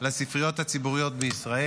לספריות הציבוריות בישראל.